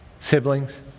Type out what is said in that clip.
Siblings